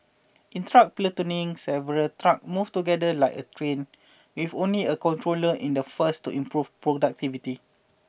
in truck platooning several trucks move together like a train with only a controller in the first to improve productivity